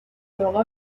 leurs